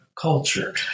culture